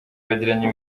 bagiranye